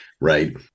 right